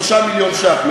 2 מיליון שקלים,